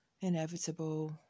inevitable